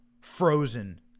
frozen